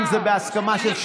אני מוכן, אם זה בהסכמה של,